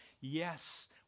yes